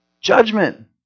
Judgment